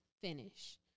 finish